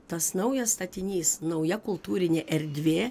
tas naujas statinys nauja kultūrinė erdvė